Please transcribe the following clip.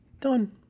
Done